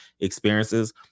experiences